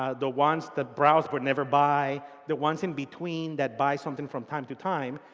ah the ones that browse but never buy. the ones in between that buy something from time to time,